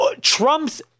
Trump's